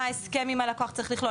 מה ההסכם עם הלקוח צריך לכלול?